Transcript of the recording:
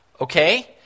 Okay